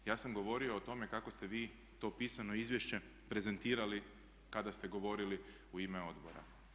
Ja sam govorio o tome kako ste vi to pisano izvješće prezentirali kada ste govorili u ime odbora.